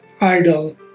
idol